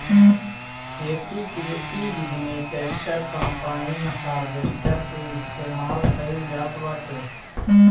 खेती के इ विधि में ट्रैक्टर, कम्पाईन, हारवेस्टर के इस्तेमाल कईल जात बाटे